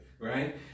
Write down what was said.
right